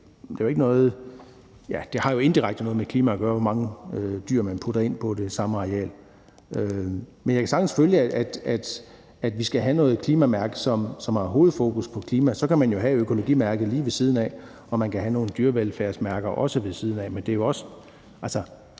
Det har jo indirekte noget med klima at gøre, hvor mange dyr man har på det samme areal. Men jeg kan sagtens følge, at vi skal have et klimamærke, som har hovedfokus på klima. Så kan man jo have økologimærket ved siden af, og man kan også have nogle dyrevelfærdsmærker. Men der er jo også